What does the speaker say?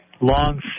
long